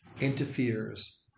interferes